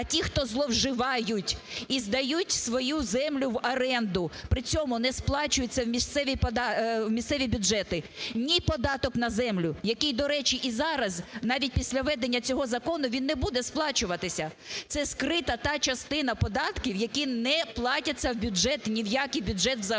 а ті, хто зловживають і здають свою землю в оренду, при цьому не сплачується в місцеві бюджети ні податок на землю, який, до речі, і зараз навіть після введення цього закону, він не буде сплачуватися. Це скрита та частина податків, які не платяться в бюджет, ні в який бюджет взагалі.